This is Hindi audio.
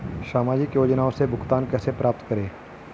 सामाजिक योजनाओं से भुगतान कैसे प्राप्त करें?